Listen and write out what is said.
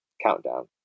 countdown